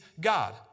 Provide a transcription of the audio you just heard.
God